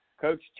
Coach